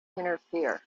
interfere